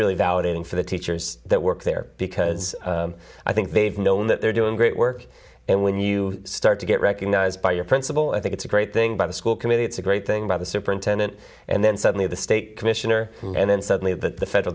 validating for the teachers that work there because i think they've known that they're doing great work and when you start to get recognized by your principal i think it's a great thing by the school committee it's a great thing about a superintendent and then suddenly the state commissioner and then suddenly the federal